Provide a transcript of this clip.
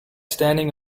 standing